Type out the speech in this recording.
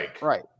Right